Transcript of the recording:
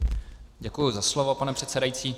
Děkuji za slovo, pane předsedající.